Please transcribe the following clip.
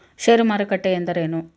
ಷೇರು ಮಾರುಕಟ್ಟೆ ಎಂದರೇನು?